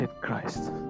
Christ